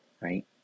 right